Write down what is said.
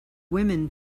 women